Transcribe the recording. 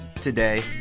today